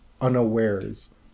unawares